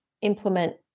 implement